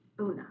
Una